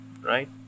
right